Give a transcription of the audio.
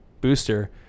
booster